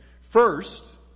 First